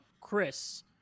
chris